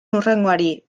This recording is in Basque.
hurrengoari